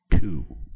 two